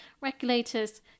regulators